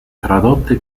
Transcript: tradotte